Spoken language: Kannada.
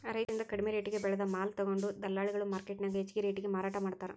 ರೈತರಿಂದ ಕಡಿಮಿ ರೆಟೇಗೆ ಬೆಳೆದ ಮಾಲ ತೊಗೊಂಡು ದಲ್ಲಾಳಿಗಳು ಮಾರ್ಕೆಟ್ನ್ಯಾಗ ಹೆಚ್ಚಿಗಿ ರೇಟಿಗೆ ಮಾರಾಟ ಮಾಡ್ತಾರ